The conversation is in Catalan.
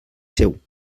seu